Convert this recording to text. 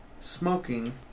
smoking